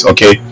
Okay